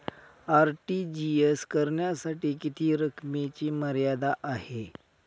RTGS करण्यासाठी किती रकमेची मर्यादा आहे?